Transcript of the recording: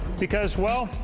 because well,